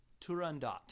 Turandot